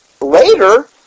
later